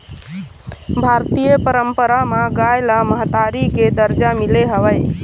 भारतीय पंरपरा म गाय ल महतारी के दरजा मिले हवय